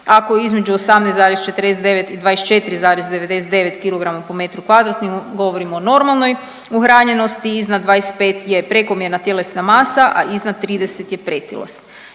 je između 18,49 i 24,99 kg po m2 govorimo o normalnoj uhranjenosti, iznad 25 je prekomjerna tjelesna masa, a iznad 30 je pretilost